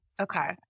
okay